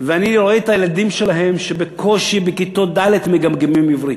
ואני רואה את הילדים שלהם שבכיתות ד' בקושי מגמגמים עברית.